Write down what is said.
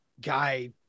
guy